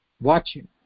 watching